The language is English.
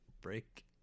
break